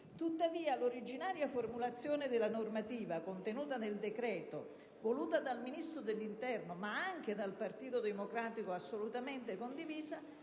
Tuttavia, l'originaria formulazione della normativa contenuta nel decreto, voluta dal Ministro dell'interno, ma anche dal Partito Democratico assolutamente condivisa,